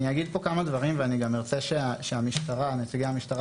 אני אומר כאן כמה דברים ואני גם ארצה שנציגי המשטרה